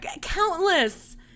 Countless